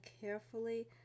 carefully